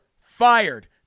fired